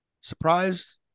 Surprised